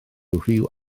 rhyw